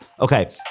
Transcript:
Okay